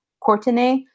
Courtenay